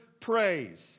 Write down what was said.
praise